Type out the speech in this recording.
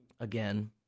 Again